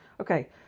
Okay